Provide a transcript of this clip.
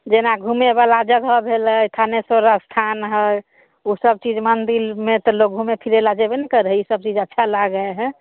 जेना घूमे वाला जगह भेलै थानेश्वर स्थान हइ ओ सब चीज मन्दिरमे तऽ लोग घूमे फिरे लए जयबे ने करऽ हइ ई सब चीज अच्छा लागै हइ